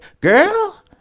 Girl